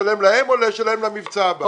לשלם להם או לשלם למבצע הבא?